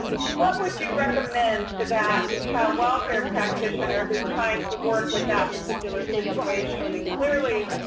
what would you recommend to that child welfare practitioner who is trying to work with that particular situation? i mean clearly,